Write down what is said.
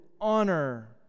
honor